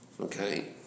Okay